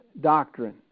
doctrine